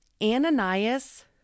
Ananias